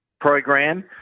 program